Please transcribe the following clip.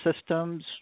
systems